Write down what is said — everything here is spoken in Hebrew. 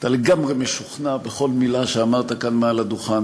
שאתה לגמרי משוכנע בכל מילה שאמרת כאן מעל הדוכן.